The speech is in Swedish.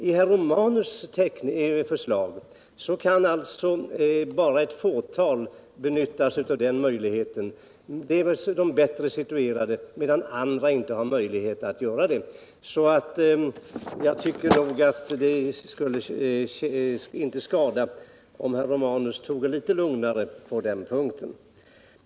Bara ett fåtal kan benytta sig av den möjlighet som herr Romanus förslag ger, dvs. de bättre situerade, medan andra inte kan göra det. Det skulle därför inte skada om herr Romanus tog det litet lugnare på den punkten.